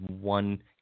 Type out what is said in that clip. one